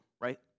right